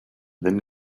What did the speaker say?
then